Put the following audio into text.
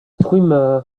swimmer